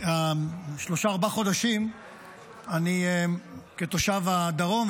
שלושה-ארבעה חודשים כתושב הדרום,